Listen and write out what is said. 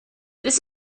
this